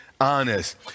honest